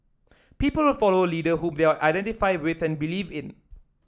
people will follow a leader whom they identify with and believe in